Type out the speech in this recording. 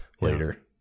later